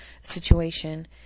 situation